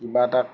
কিবা এটাক